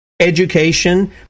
education